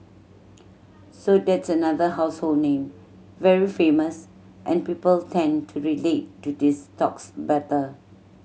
so that's another household name very famous and people tend to relate to these stocks better